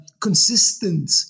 consistent